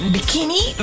Bikini